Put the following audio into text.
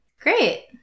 Great